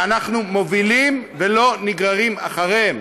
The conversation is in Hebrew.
כשאנחנו מובילים, ולא נגררים אחריהם: